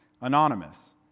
Anonymous